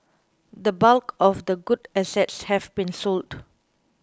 the bulk of the good assets have been sold